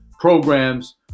programs